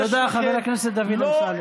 תודה, חבר הכנסת דוד אמסלם.